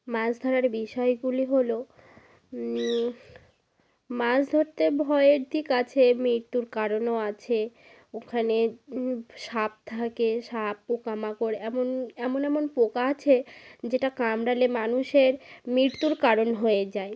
মাছ ধরার বিষয়গুলি হলো মাছ ধরতে ভয়ের দিক আছে মৃত্যুর কারণও আছে ওখানে সাপ থাকে সাপ পোকা মাকড় এমন এমন এমন পোকা আছে যেটা কামড়ালে মানুষের মৃত্যুর কারণ হয়ে যায়